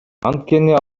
анткени